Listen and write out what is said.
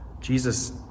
Jesus